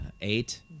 Eight